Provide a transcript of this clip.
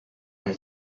amb